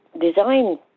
design